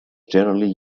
generally